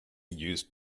used